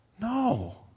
No